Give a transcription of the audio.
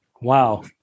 Wow